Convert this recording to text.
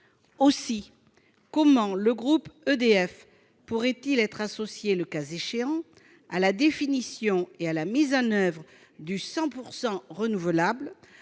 outre, comment le groupe EDF pourrait-il être associé, le cas échéant, à la définition et à la mise en oeuvre du « 100 % renouvelable